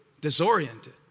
disoriented